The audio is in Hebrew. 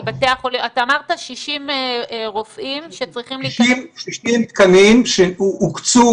אתה אמרת 60 רופאים שצריכים לקבל --- 60 תקנים שהוקצו